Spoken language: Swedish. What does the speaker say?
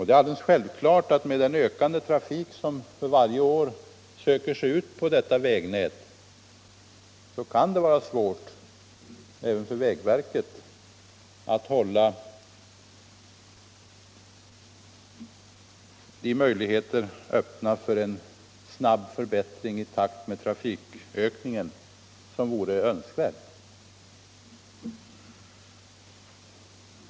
Det är alldeles självklart att med den ökande trafik som för varje år söker sig ut på detta vägnät kan det vara svårt även för vägverket att hålla möjligheterna öppna till den snabba förbättring i takt med trafikökningen som i och för sig vore önskvärd.